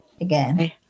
again